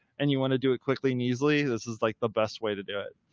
and you want to do it quickly and easily, this is like the best way to do it.